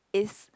is